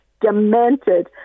demented